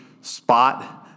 spot